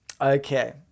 Okay